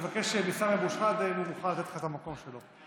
תבקש מסמי אבו שחאדה אם הוא מוכן לתת לך את המקום שלו.